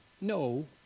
no